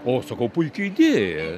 o aš sakau puiki idėja